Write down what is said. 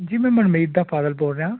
ਜੀ ਮੈਂ ਮਨਮੀਤ ਦਾ ਫਾਦਰ ਬੋਲ ਰਿਹਾ